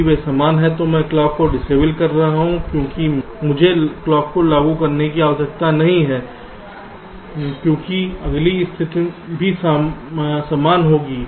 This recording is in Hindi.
यदि वे समान हैं तो मैं क्लॉक को डिसएबल कर रहा हूं क्योंकि मुझे क्लॉक को लागू करने की आवश्यकता नहीं है क्योंकि अगली स्थिति भी समान होगी